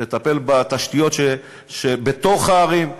תטפל בתשתיות שבתוך הערים.